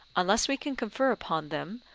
unless we can confer upon them,